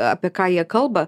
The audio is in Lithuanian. apie ką jie kalba